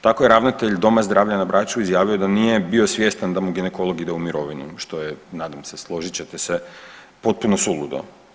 Tako je ravnatelj Doma zdravlja na Braču izjavio da nije bio svjestan da mu ginekolog ide u mirovinu što je nadam se složit ćete se potpuno suludo.